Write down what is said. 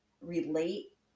relate